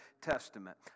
Testament